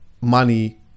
money